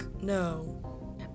no